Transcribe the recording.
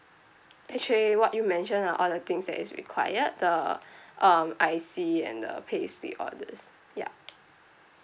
actually what you mention are all the things that is required the um I_C and the payslip all these ya